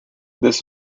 this